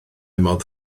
modd